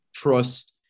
trust